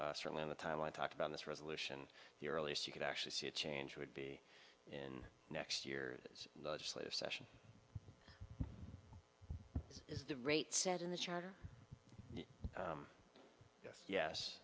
certainly in the time i talked about this resolution the earliest you could actually see a change would be in next year's legislative session is the rate said in the charter yes yes